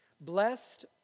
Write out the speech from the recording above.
blessed